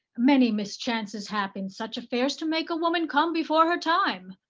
many mischances hap in such affairs to make a woman come before her time.